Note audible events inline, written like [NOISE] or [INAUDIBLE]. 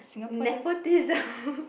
nepotism [LAUGHS]